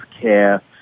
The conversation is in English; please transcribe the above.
care